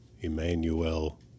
Emmanuel